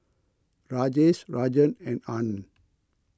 Rajesh Rajan and Anand